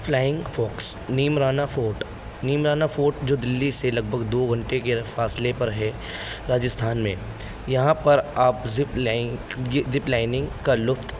flying Fox Neemrana fort Neemrana fort جو دلی سے لگ بھگ دو گھنٹے کے فاصلے پر ہے راجستھان میں یہاں پر آپ زپ زپ لائنگ کا لفط